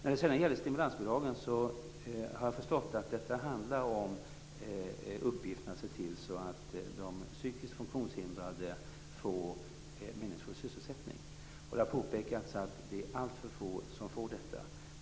När det sedan gäller stimulansbidragen har jag förstått att det handlar om uppgiften att se till att de psykiskt funktionshindrade får meningsfull sysselsättning. Det har påpekats att det är alltför få som får detta.